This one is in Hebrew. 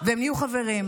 והם נהיו חברים.